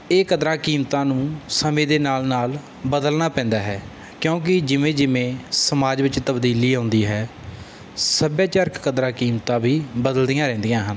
ਇਹ ਕਦਰਾਂ ਕੀਮਤਾਂ ਨੂੰ ਸਮੇਂ ਦੇ ਨਾਲ ਨਾਲ ਬਦਲਣਾ ਪੈਂਦਾ ਹੈ ਕਿਉਂਕਿ ਜਿਵੇਂ ਜਿਵੇਂ ਸਮਾਜ ਵਿੱਚ ਤਬਦੀਲੀ ਆਉਂਦੀ ਹੈ ਸੱਭਿਆਚਾਰਕ ਕਦਰਾਂ ਕੀਮਤਾਂ ਵੀ ਬਦਲਦੀਆਂ ਰਹਿੰਦੀਆਂ ਹਨ